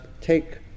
take